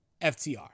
FTR